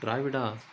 ದ್ರಾವಿಡ